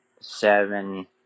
seven